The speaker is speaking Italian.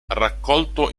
raccolto